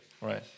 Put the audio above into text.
right